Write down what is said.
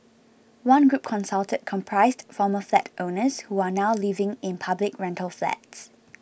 one group consulted comprised former flat owners who are now living in public rental flats